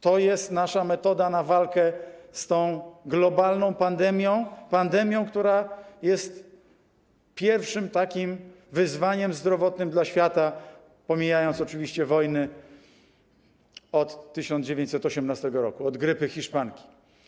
To jest nasza metoda walki z tą globalną pandemią, która jest pierwszym takim wyzwaniem zdrowotnym dla świata - pomijając oczywiście wojny - od 1918 r., od grypy hiszpanki.